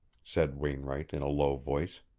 said wainwright in a low voice.